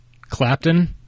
Clapton